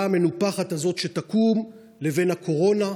המנופחת הזאת שתקום לבין הקורונה.